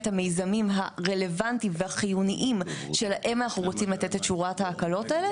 המיזמים הרלוונטיים והחיוניים שלהם אנחנו רוצים לתת את שורת ההקלות האלה.